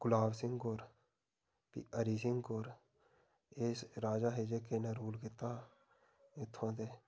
गुलाब सिंह होर फ्ही हरि सिंह होर एह् राजा हे जेह्के ने रूल कीता इत्थुआं दे